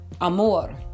Amor